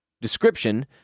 description